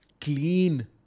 clean